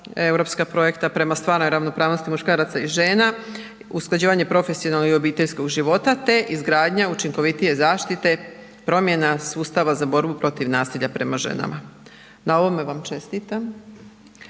europska projekta prema stvarnoj ravnopravnosti muškaraca i žena, usklađivanje profesionalnog i obiteljskog života izgradnja učinkovitije zaštite promjena sustava za borbi protiv nasilja prema ženama. Na ovome vam čestitam,